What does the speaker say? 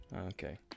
Okay